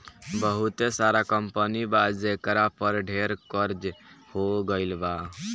बहुते सारा कंपनी बा जेकरा पर ढेर कर्ज हो गइल बा